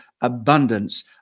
abundance